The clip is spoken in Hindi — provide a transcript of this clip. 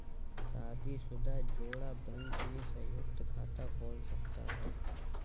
शादीशुदा जोड़ा बैंक में संयुक्त खाता खोल सकता है